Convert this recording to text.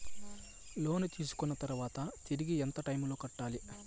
లోను తీసుకున్న తర్వాత తిరిగి ఎంత టైములో కట్టాలి